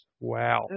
Wow